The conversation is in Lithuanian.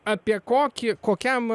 apie kokį kokiam